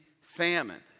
famine